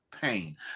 pain